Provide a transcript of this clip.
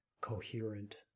coherent